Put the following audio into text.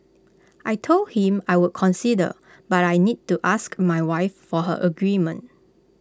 I Told him I would consider but I need to ask my wife for her agreement